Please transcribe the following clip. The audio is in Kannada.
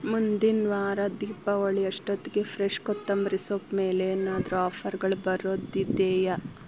ಮುಂದಿನ ವಾರ ದೀಪಾವಳಿಯಷ್ಟೊತ್ತಿಗೆ ಫ್ರೆಶ್ ಕೊತ್ತಂಬರಿ ಸೊಪ್ಪು ಮೇಲೇನಾದರೂ ಆಫರ್ಗಳು ಬರೋದಿದೆಯೇ